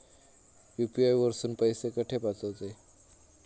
UPI वरसून पैसे कसे पाठवचे?